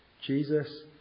Jesus